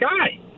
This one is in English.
guy